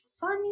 funny